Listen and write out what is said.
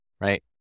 Right